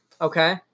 Okay